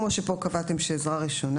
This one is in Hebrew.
כמו שקבעתם פה לגבי עזרה ראשונה?